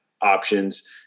options